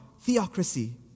Theocracy